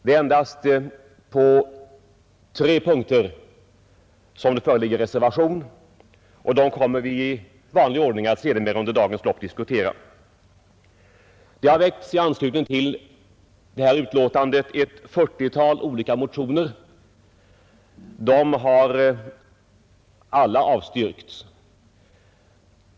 Det är endast på tre punkter som det föreligger reservationer, och dem kommer vi i vanlig ordning att under vederbörande punkter diskutera. Det har i anslutning till detta betänkande väckts ett 40-tal olika motioner. De har alla avstyrkts.